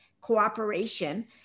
cooperation